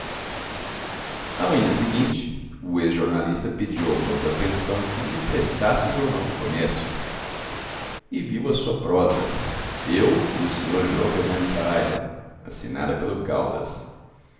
na manhã seguinte o ex jornalista pediu ao dono da pensão que lhe emprestasse o jornal do comércio e viu a sua prosa eu e o sr joão fernandes saraiva assinada pelo caldas